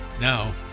Now